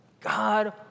God